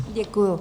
Děkuju.